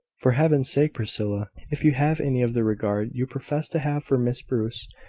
for heaven's sake, priscilla, if you have any of the regard you profess to have for miss bruce,